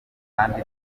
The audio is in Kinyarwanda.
kandi